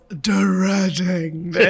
dreading